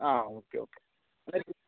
ആ okay okay